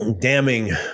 damning